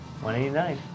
189